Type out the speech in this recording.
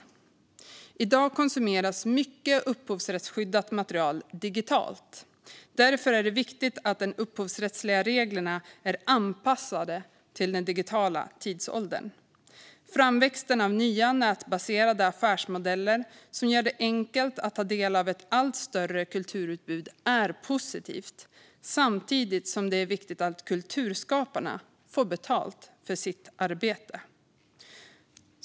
I dag konsumeras mycket upphovsrättsskyddat material digitalt. Därför är det viktigt att de upphovsrättsliga reglerna är anpassade till den digitala tidsåldern. Framväxten av nya, nätbaserade affärsmodeller som gör det enkelt att ta del av ett allt större kulturutbud är positiv. Det är samtidigt viktigt att kulturskaparna får betalt för sitt arbete.